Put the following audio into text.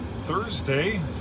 Thursday